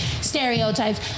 stereotypes